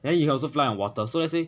then you can also fly on water so let's say